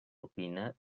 alpina